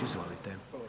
Izvolite.